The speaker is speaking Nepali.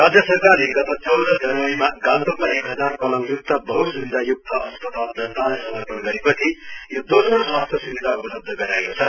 राज्य सरकारले गत चौधह जनवरीमा गान्तोकमा एकहजार पलंगय्कत बह्स्विधाय्क्त अस्पताल जनतालाई समर्पण गरेपछि यो दोस्रो स्वास्थ्य स्विधा उपलब्ध गराएको छ